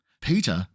Peter